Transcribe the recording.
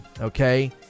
okay